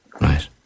Right